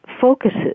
focuses